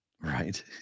Right